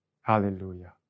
Hallelujah